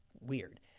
weird